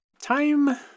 time